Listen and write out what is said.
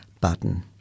button